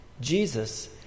Jesus